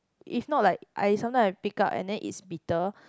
if not like I sometimes I pick up and then it's bitter